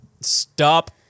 Stop